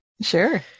Sure